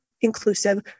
inclusive